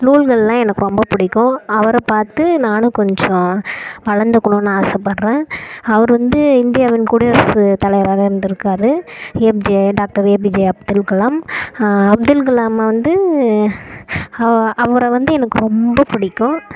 நூல்கள்லாம் எனக்கு ரொம்ப பிடிக்கும் அவரை பார்த்து நானும் கொஞ்சம் வளர்ந்துக்குணுனு ஆசை படுறன் அவர் வந்து இந்தியாவின் குடியரசு தலைவராக இருந்துருக்கார் APJ doctor APJ Abdul Kalam Abdul Kalam வந்து அவ அவரை வந்து எனக்கு ரொம்ப பிடிக்கும்